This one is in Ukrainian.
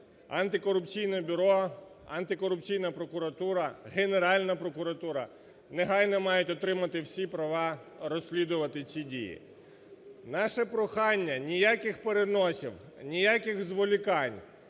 Антикорупційне бюро, антикорупційна прокуратура, Генеральна прокуратура негайно мають отримати всі права розслідувати ці дії. Наше прохання: ніяких переносів, ніяких зволікань,